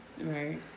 Right